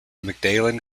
magdalen